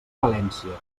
valència